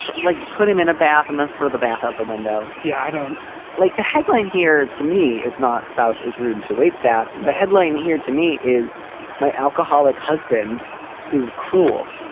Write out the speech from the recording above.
like put him in a bath and then for the bath out the window. yeah. i don't like the headline here to me is not spouse is rude to waitstaff. the headline here to me is my alcoholic husband is cruel.